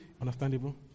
understandable